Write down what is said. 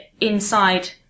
inside